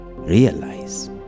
Realize